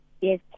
Yes